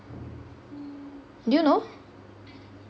did you know